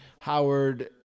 howard